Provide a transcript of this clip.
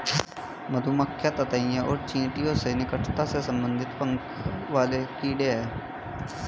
मधुमक्खियां ततैया और चींटियों से निकटता से संबंधित पंखों वाले कीड़े हैं